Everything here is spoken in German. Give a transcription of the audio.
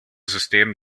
system